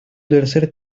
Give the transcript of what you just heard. tercer